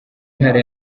ntara